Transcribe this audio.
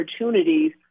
opportunities